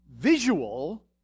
visual